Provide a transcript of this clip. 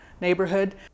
neighborhood